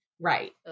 Right